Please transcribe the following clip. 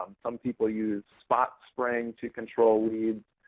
um some people use spot spraying to control weeds.